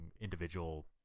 individual